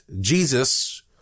Jesus